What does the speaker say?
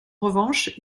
revanche